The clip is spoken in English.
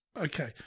Okay